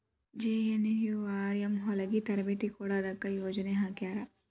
JNNURM ಹೊಲಗಿ ತರಬೇತಿ ಕೊಡೊದಕ್ಕ ಯೊಜನೆ ಹಾಕ್ಯಾರ